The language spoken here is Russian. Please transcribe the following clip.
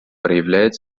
проявляет